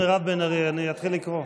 חברת הכנסת מירב בן ארי, אני אתחיל לקרוא.